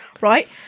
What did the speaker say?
right